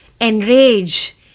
enrage